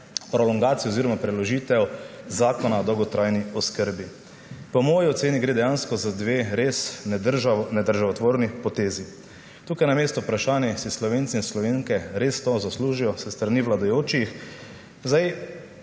prolongacijo oziroma preložitev Zakon o dolgotrajni oskrbi. Po moji oceni gre dejansko za dve res nedržavotvorni potezi. Tukaj je na mestu vprašane, ali si Slovenke in Slovenci res to zaslužijo s strani vladajočih. Ni